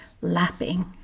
lapping